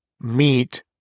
meet